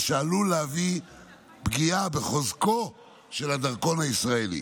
מה שעלול להביא לפגיעה בחוזקו של הדרכון הישראלי.